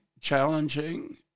challenging